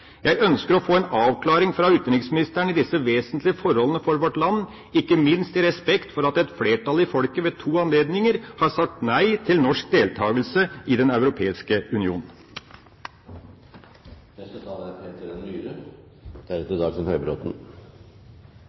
Jeg ønsker å få en avklaring fra utenriksministeren på disse vesentlige forholdene for vårt land, ikke minst i respekt for at et flertall i folket ved to anledninger har sagt nei til norsk deltakelse i Den europeiske